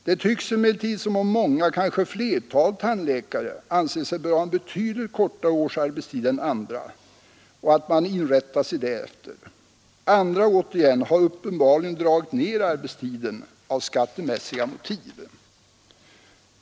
Det tycks emellertid som om många, kanske flertalet 91 tandläkare anser sig böra ha en betydligt kortare årsarbetstid än andra och att man inrättat sig därefter. Andra har återigen uppenbarligen dragit ned arbetstiden av skattemässiga motiv.